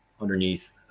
underneath